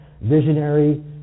visionary